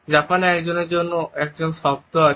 জাপানে এমন একজনের জন্য একটি শব্দ আছে